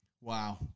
Wow